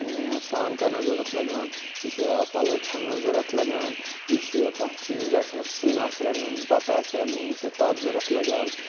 سرٛان کَرنَس ضوٚرتھ لَگان یہِ چھِ پَلو چھَلنَس ضوٚرتھ لَگان یہِ چھِ کانٛہہ چیٖز آسہِ سیُن آسہِ رَنُن بَتہِ آسہِ رَنُن یہِ چھِ تَتھ ضوٚرتھ لَگان